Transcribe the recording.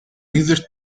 neither